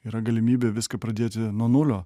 yra galimybė viską pradėti nuo nulio